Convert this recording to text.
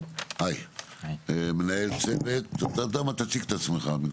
תציג את עצמך.